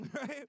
right